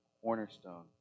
cornerstone